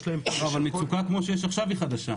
אבל מצוקה כמו שיש עכשיו היא חדשה.